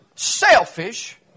Selfish